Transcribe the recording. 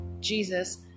Jesus